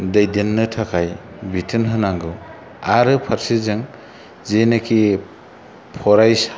दैदेननो थाखाय बिथोन होनांगौ आरो फारसेजों जेनाखि फरायसा